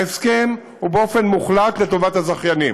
ההסכם הוא באופן מוחלט לטובת הזכיינים.